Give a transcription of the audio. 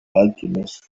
alchemist